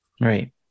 Right